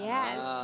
Yes